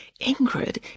Ingrid